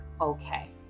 okay